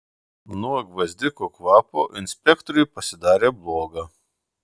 nuo gvazdikų kvapo inspektoriui pasidarė bloga